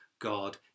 God